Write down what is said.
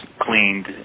cleaned